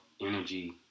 energy